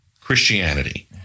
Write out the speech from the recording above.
Christianity